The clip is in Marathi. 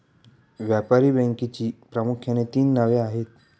व्यापारी बँकेची प्रामुख्याने तीन नावे आहेत